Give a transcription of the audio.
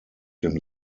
dem